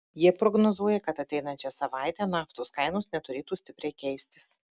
jie prognozuoja kad ateinančią savaitę naftos kainos neturėtų stipriai keistis